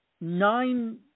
nine